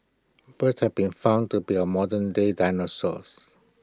birds have been found to be our modern day dinosaurs